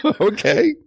okay